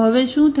તો હવે શું થશે